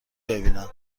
ببینم